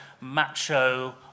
macho